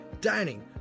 dining